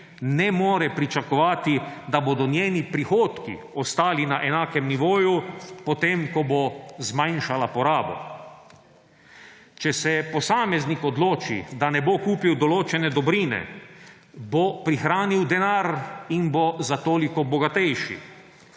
ne more pričakovati, da bodo njeni prihodki ostali na enakem nivoju, potem ko bo zmanjšala porabo. Če se posameznik odloči, da ne bo kupil določene dobrine, bo prihranil denar in bo za toliko bogatejši.